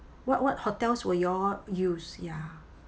what what hotels will you all use ya